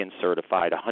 certified